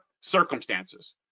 circumstances